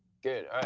good. ah